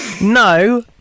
No